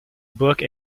book